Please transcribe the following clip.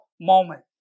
moment